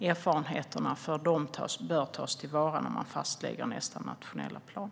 Erfarenheterna från dem bör tas till vara när man fastlägger nästa nationella plan.